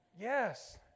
Yes